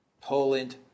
poland